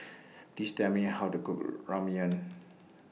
Please Tell Me How to Cook Ramyeon